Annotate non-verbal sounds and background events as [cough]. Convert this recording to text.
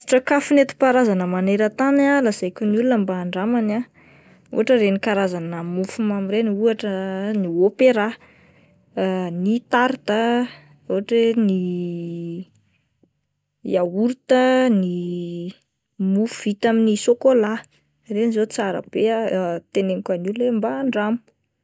Tsindrin-tsakafo nentimpaharazana maneran-tany lazaiko ny olona mba andramany ah, ohatra ireny karazana mofo mamy ireny ohatra ny ôperà, [hesitation] ny tarta ohatra hoe ny yaorta, ny mofo vita amin'ny sôkôla, ireny zao ah tsara be [hesitation] teneniko ny olona hoe mba andramo. [noise]